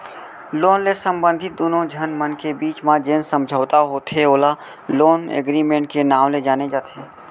loan ले संबंधित दुनो झन मन के बीच म जेन समझौता होथे ओला लोन एगरिमेंट के नांव ले जाने जाथे